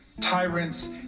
tyrants